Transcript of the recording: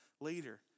later